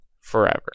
forever